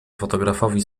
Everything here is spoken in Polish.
fotografowi